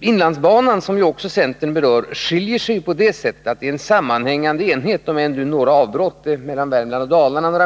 Inlandsbanan, som centern också berör, skiljer sig från de andra på det sättet att den är en sammanhängande enhet, om än med avbrott på några mil mellan Värmland och Dalarna.